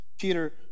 Peter